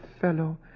fellow